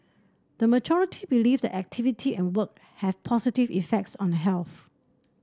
the majority believe that activity and work have positive effects on health